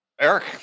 Eric